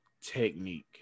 Technique